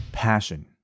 passion